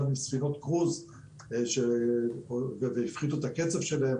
מספינות כרוז והפחיתו את הקצב שלהן,